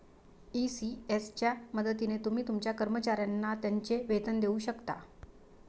ECS च्या मदतीने तुम्ही तुमच्या कर्मचाऱ्यांना त्यांचे वेतन देऊ शकता